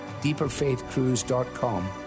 deeperfaithcruise.com